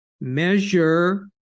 measure